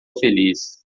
feliz